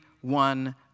one